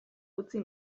utzi